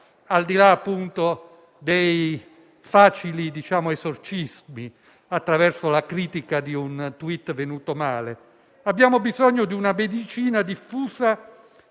al di là dei facili esorcismi attraverso la critica di un *tweet* venuto male; abbiamo bisogno di una medicina diffusa